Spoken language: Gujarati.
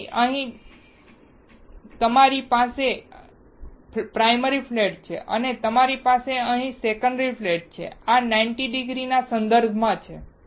તેથી તમારી પાસે અહીં પ્રાયમરી ફ્લેટ છે અને તમારી પાસે અહીં સેકન્ડરી ફ્લેટ છે આ 90 ડિગ્રી ના સંદર્ભમાં છે